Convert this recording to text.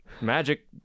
Magic